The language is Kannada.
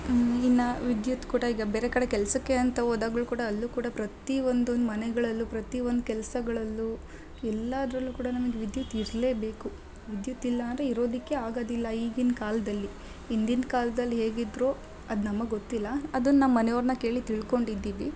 ಇನ್ನು ವಿದ್ಯುತ್ ಕೂಡ ಈಗ ಬೇರೆ ಕಡೆ ಕೆಲಸಕ್ಕೆ ಅಂತ ಹೋದಾಗ್ಲು ಕೂಡ ಅಲ್ಲೂ ಕೂಡ ಪ್ರತಿ ಒಂದೊಂದು ಮನೆಗಳಲ್ಲೂ ಪ್ರತಿ ಒಂದು ಕೆಲಸಗಳಲ್ಲೂ ಎಲ್ಲದ್ರಲ್ಲೂ ಕೂಡ ನಮಿಗೆ ವಿದ್ಯುತ್ ಇರಲೇಬೇಕು ವಿದ್ಯುತ್ ಇಲ್ಲ ಅಂದರೆ ಇರೋದಕ್ಕೇ ಆಗೋದಿಲ್ಲ ಈಗಿನ ಕಾಲದಲ್ಲಿ ಹಿಂದಿನ ಕಾಲ್ದಲ್ಲಿ ಹೇಗಿದ್ದರೋ ಅದು ನಮಗೆ ಗೊತ್ತಿಲ್ಲ ಅದನ್ನು ಮನೆಯವ್ರನ್ನ ಕೇಳಿ ತಿಳ್ಕೊಂಡಿದ್ದೀವಿ